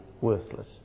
worthless